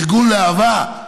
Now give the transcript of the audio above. ארגון להב"ה,